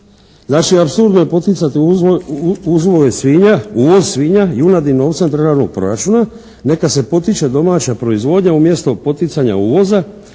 Znači, apsurdno je poticati uvoz svinja, junadi novcem iz državnog proračuna. Neka se potiče domaća proizvodnja umjesto poticanja uvoza.